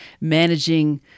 managing